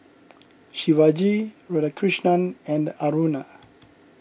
Shivaji Radhakrishnan and Aruna